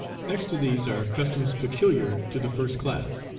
next to these are customs peculiar to the first class.